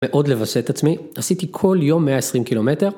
מאוד לווסת עצמי, עשיתי כל יום 120 קילומטר.